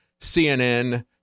CNN